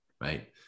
right